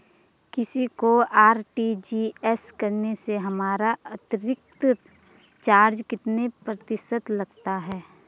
किसी को आर.टी.जी.एस करने से हमारा अतिरिक्त चार्ज कितने प्रतिशत लगता है?